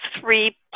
three